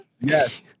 Yes